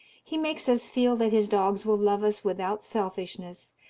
he makes us feel that his dogs will love us without selfishness,